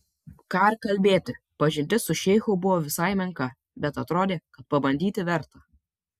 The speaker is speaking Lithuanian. ką ir kalbėti pažintis su šeichu buvo visai menka bet atrodė kad pabandyti verta